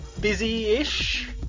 busy-ish